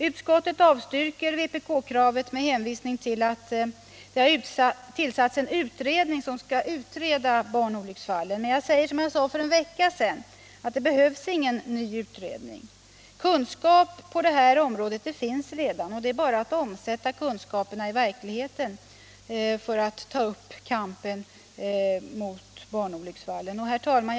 Utskottet avstyrker vpk-kravet med hänvisning till att det tillsatts en utredning som skall utreda barnolycksfallen. Men jag säger som jag sade för en vecka sedan: Det behövs ingen ny utredning. Kunskap på det här området finns redan — och det är bara att omsätta kunskaperna i praktiken för att ta upp kampen mot barnolycksfallen. Herr talman!